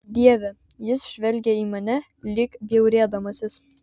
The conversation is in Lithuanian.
dieve jis žvelgė į mane lyg bjaurėdamasis